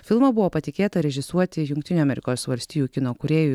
filmą buvo patikėta režisuoti jungtinių amerikos valstijų kino kūrėjui